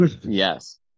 yes